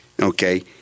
Okay